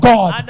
God